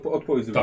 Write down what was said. odpowiedź